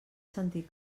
sentir